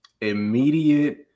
immediate